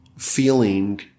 feeling